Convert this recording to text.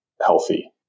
healthy